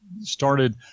started